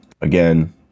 again